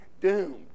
doomed